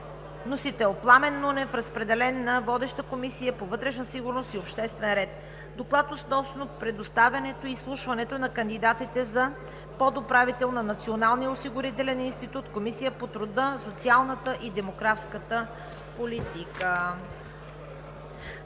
представител Пламен Нунев. Разпределен е на водещата Комисия по вътрешна сигурност и обществен ред. Доклад относно представянето и изслушването на кандидатите за подуправител на Националния осигурителен институт. Разпределен е на Комисията по труда, социалната и демографската политика.